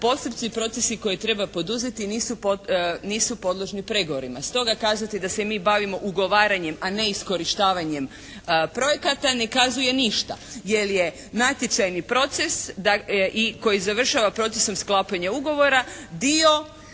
postupci i procesi koje treba poduzeti nisu podložni pregovorima. Stoga kazati da se mi bavimo ugovaranjem a ne iskorištavanjem projekata ne kazuje ništa, jer je natječajni proces i koji završava procesom sklapanja ugovora dio